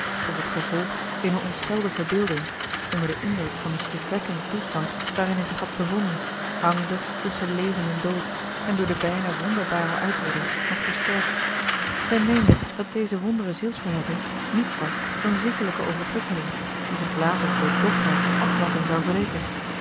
of het gevolg eener ontstelde verbeelding onder den indruk van den schrikwekkenden toestand waarin hij zich had bevonden hangende tusschen leven en dood en door de bijna wonderbare uitredding nog versterkt zij meende dat deze wondre zielsverheffing niets was dan ziekelijke overprikkeling die zich later door dofheid en afmatting zou